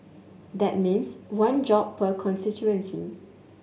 that means one job per constituency